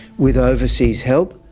with overseas help,